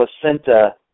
placenta